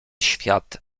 świat